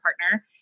partner